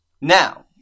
Now